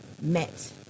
met